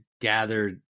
gathered